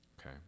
Okay